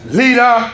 leader